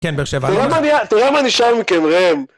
תראה מה נשאר מכם ראם